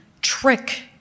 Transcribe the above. trick